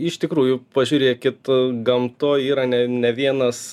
iš tikrųjų pažiūrėkit gamtoj yra ne ne vienas